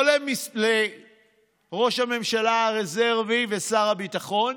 לא לראש הממשלה הרזרבי ושר הביטחון